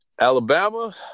Alabama